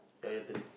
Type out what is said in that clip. yeah your turn